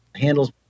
handles